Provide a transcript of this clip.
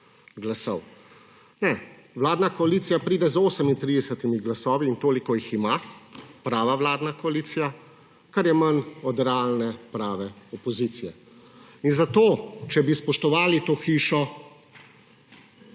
glasov. Ne, vladna koalicija pride s 38 glasovi, in toliko jih ima – prava vladna koalicija, kar je manj od realne prave opozicije. Zato, če bi spoštovali to hišo,